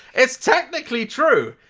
it's technically true!